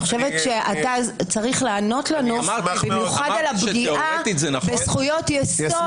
אני חושבת שאתה צריך לענות לנו במיוחד על הפגיעה בזכויות יסוד.